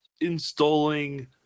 installing